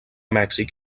mèxic